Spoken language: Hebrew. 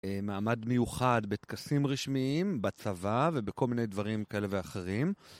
מעמד מיוחד בטקסים רשמיים, בצבא ובכל מיני דברים כאלה ואחרים.